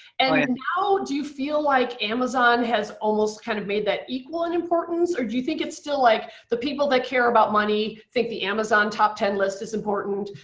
and now, do you feel like amazon has almost kind of made that equal in importance, or do you think it's still like the people that care about money think the amazon top ten list is important,